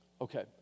Okay